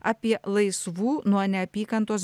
apie laisvų nuo neapykantos